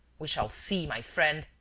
we shall see, my friend!